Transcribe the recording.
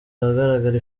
ahagaragara